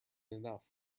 enough